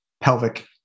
pelvic